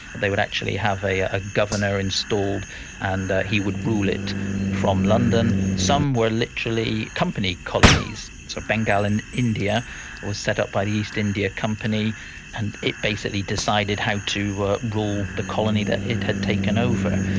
they would actually have a ah governor installed and he would rule it from london. some were literally company colonies so bengal in india was set up by the east india company and it basically decided how to ah rule the colony that it had taken over.